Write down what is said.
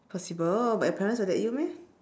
possible but your parents will let you meh